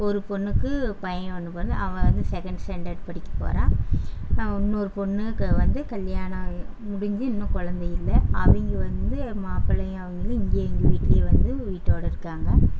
ஒரு பெண்ணுக்கு பையன் ஒன்று பிறந்து அவன் வந்து செக்கேண்ட் ஸ்டாண்டர்ட் படிக்கப் போகிறான் இன்னோரு பெண்ணுக்கு வந்து கல்யாணம் முடிஞ்சு இன்னும் கொழந்த இல்லை அவங்க வந்து மாப்பிளையும் அவங்களும் இங்கேயே எங்கள் வீட்லையே வந்து வீட்டோடு இருக்காங்க